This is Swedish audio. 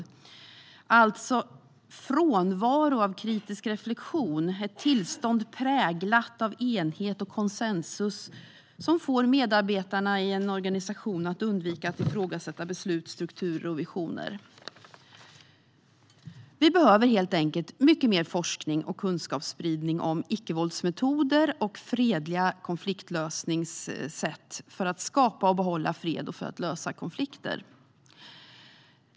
Det handlar om frånvaro av kritisk reflektion, ett tillstånd präglat av enhet och konsensus som får medarbetarna i en organisation att undvika att ifrågasätta beslut, strukturer och visioner. Vi behöver helt enkelt mycket mer forskning och kunskapsspridning om icke-våldsmetoder och fredlig konfliktlösning för att skapa och behålla fred och för att lösa konflikter.